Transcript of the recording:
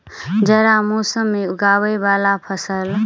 जाड़ा मौसम मे उगवय वला फसल?